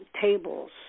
tables